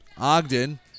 Ogden